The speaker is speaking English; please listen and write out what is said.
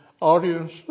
audience